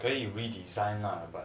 可以 redesign lah but